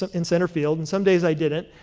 ah in center field, and some days i didn't,